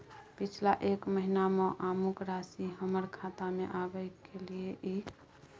पिछला एक महीना म अमुक राशि हमर खाता में आबय कैलियै इ?